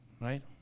Right